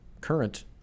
current